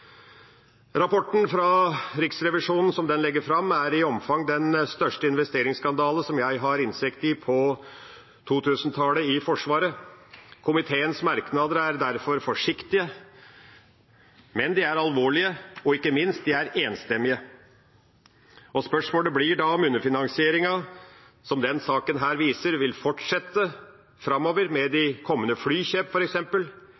Rapporten fra Riksrevisjonen – som den legger det fram, er det i omfang den største investeringsskandalen som jeg har innsikt i, på 2000-tallet i Forsvaret. Komiteens merknader er derfor forsiktige. Men de er alvorlige, og, ikke minst, de er enstemmige. Spørsmålet blir da om underfinansieringen som denne saken viser, vil fortsette framover,